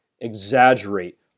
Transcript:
exaggerate